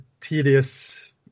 tedious